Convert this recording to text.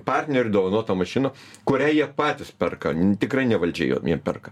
partnerių dovanotą mašiną kurią jie patys perka tikrai ne valdžia jo jiem perka